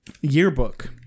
Yearbook